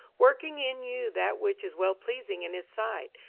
working in you that which is wellpleasing in his sight,